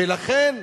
ולכן,